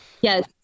Yes